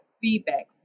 feedback